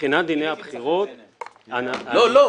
מבחינת דיני הבחירות --- לא, לא.